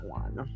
one